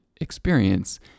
experience